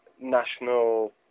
national